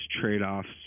trade-offs